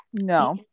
no